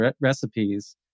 recipes